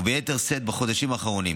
וביתר שאת בחודשים האחרונים.